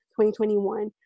2021